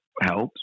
helps